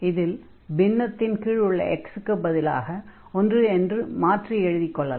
இதில் பின்னத்தின் கீழ் உள்ள x க்கு பதிலாக ஒன்று என்று மாற்றி எழுதிக் கொள்ளலாம்